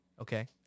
okay